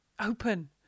open